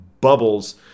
Bubbles